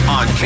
on